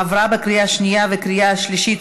עברה בקריאה השנייה ובקריאה השלישית,